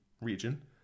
region